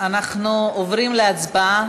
אנחנו עוברים להצבעה.